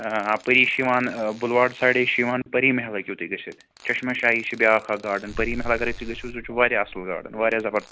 اَپٲری چھِ یِوان بُلواڈ سایڈَے چھِ یِوان پٔری محل ہیٚکِو تُہۍ گٔژھِتھ چشمہ شاہی چھِ بیٛاکھ اَکھ گاڈَن پٔری محل اگرَے تُہۍ گٔژھِو سُہ چھُ واریاہ اَصٕل گاڈَن واریاہ زبر